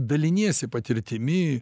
daliniesi patirtimi